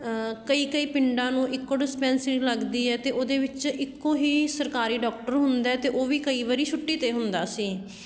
ਕਈ ਕਈ ਪਿੰਡਾਂ ਨੂੰ ਇੱਕੋ ਡਿਸਪੈਂਸਰੀ ਲੱਗਦੀ ਹੈ ਅਤੇ ਉਹਦੇ ਵਿੱਚ ਇੱਕੋ ਹੀ ਸਰਕਾਰੀ ਡੋਕਟਰ ਹੁੰਦਾ ਹੈ ਅਤੇ ਉਹ ਵੀ ਕਈ ਵਾਰੀ ਛੁੱਟੀ 'ਤੇ ਹੁੰਦਾ ਸੀ